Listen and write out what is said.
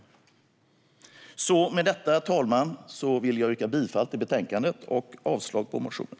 Herr talman! Med detta vill jag yrka bifall till utskottets förslag i betänkandet och avslag på motionerna.